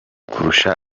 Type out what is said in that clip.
kurusha